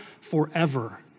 forever